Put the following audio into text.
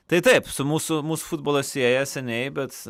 tai taip su mūsų mus futbolas sieja seniai bet